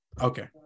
okay